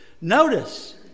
Notice